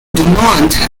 dumont